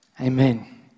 Amen